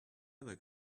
other